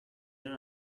non